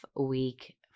week